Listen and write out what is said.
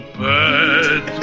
bad